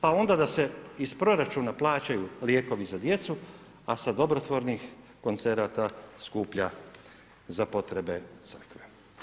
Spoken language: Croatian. Pa onda da se iz proračuna plaćaju lijekovi za djecu a sa dobrotvornih koncerata skuplja za potrebe Crkve.